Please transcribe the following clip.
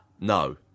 No